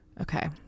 Okay